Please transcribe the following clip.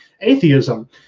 atheism